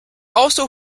also